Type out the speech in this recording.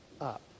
up